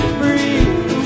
free